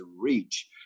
reach